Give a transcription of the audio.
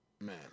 Man